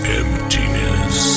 emptiness